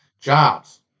jobs